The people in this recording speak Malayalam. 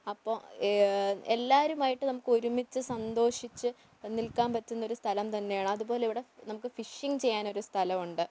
അപ്പോൾ എല്ലാവരുമായിട്ട് നമുക്ക് ഒരുമിച്ച് സന്തോഷിച്ച് നിൽക്കാൻ പറ്റുന്നൊരു സ്ഥലം തന്നെയാണ് അതു പോലെ ഇവിടെ നമുക്ക് ഫിഷിങ്ങ് ചെയ്യാനൊരു സ്ഥലം ഉണ്ട്